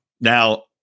Now